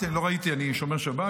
אם לא אמרתי, אז אני אומר עכשיו.